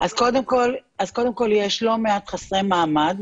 קודם כל יש לא מעט חסרי מעמד,